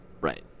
Right